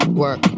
work